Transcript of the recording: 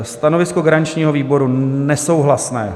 Stanovisko garančního výboru nesouhlasné.